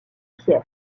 pierre